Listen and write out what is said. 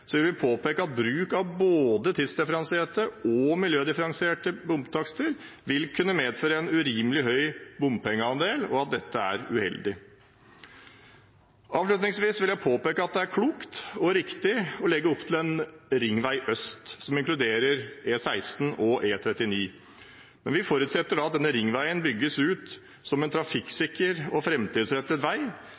vil vi påpeke at bruk av både tidsdifferensierte og miljødifferensierte bomtakster vil kunne medføre en urimelig høy bompengeandel, og at det er uheldig. Avslutningsvis vil jeg påpeke at det er klokt og riktig å legge opp til en ringvei øst, som inkluderer E16 og E39. Vi forutsetter at denne ringveien bygges ut som en trafikksikker og framtidsrettet vei